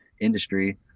industry